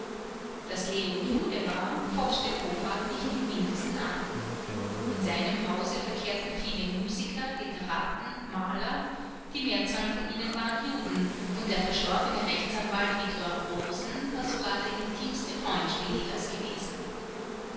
daß leo jude war focht den hofrat nicht im mindesten an in seinem hause verkehrten viele musiker literaten maler die mehrzahl von ihnen waren juden und der verstorbene rechtsanwalt viktor rosen war sogar der intimste freund spineders gewesen